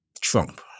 Trump